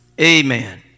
Amen